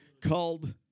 Called